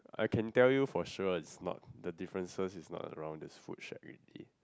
I can tell you for sure it's not the differences is not around this food shack already